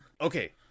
okay